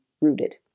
rooted